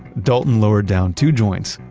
dalton lowered down two joints,